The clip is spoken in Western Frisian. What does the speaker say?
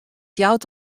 jout